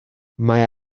mae